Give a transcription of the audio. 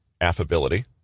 affability